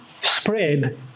spread